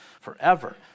forever